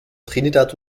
trinidad